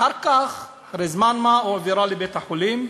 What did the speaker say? אחר כך, אחרי זמן מה, הועברה לבית-חולים.